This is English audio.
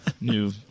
new